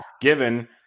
Given